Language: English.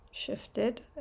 shifted